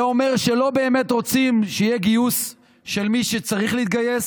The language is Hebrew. זה אומר שלא באמת רוצים שיהיה גיוס של מי שצריך להתגייס.